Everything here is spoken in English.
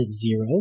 zero